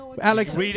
Alex